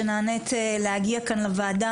שנענית להגיע לכאן לוועדה,